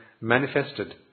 manifested